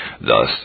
Thus